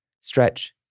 stretch